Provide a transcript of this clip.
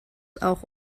auch